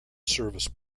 service